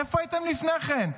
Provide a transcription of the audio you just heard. איפה הייתם לפני כן?